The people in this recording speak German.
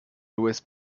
lewis